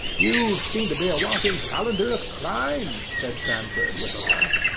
you seem to be a walking calendar of crime, said stamford with a laugh.